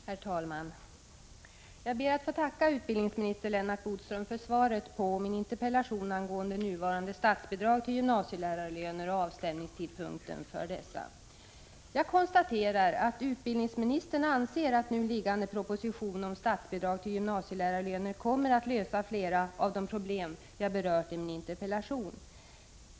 Herr talman! Jag ber att få tacka utbildningsminister Lennart Bodström för svaret på min interpellation angående nuvarande statsbidrag till gymnasielärarlöner och avstämningstidpunkt för dessa. Jag konstaterar att utbildningsministern anser att nu liggande proposition om statsbidrag till gymnasielärarlöner kommer att lösa flera av de problem jag berört i min interpellation.